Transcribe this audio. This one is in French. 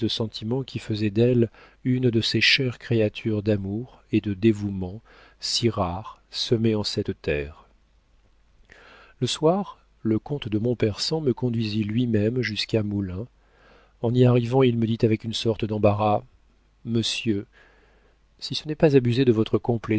qui faisaient d'elle une de ces chères créatures d'amour et de dévouement si rares semées sur cette terre le soir le comte de montpersan me conduisit lui-même jusqu'à moulins en y arrivant il me dit avec une sorte d'embarras monsieur si ce n'est pas abuser de votre